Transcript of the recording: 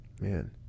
man